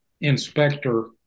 inspector